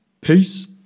Peace